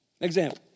Example